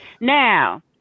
Now